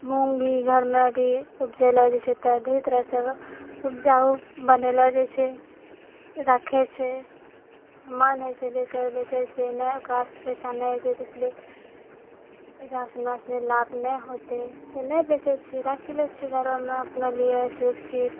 मूङ्ग भी घरमे भी उपजेलो जाइ छै तऽ ढ़ेर तरहसँ उपजाओ बनेलो जाइ छै राखे छै मन होइ छै बेचैके बेचै छै नहि ओकरासँ पैसा नहि बेसी भेलै एकरा सनि लाभ नै होतै तऽ नहि बेचै छियै राखिले छी घरमे अपने लिअ सुरक्षित